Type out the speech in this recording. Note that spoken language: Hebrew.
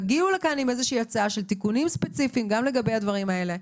תגיעו לכאן עם איזושהי הצעה של תיקונים ספציפיים גם לגבי הדברים האלה,